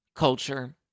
Culture